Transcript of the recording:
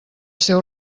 seu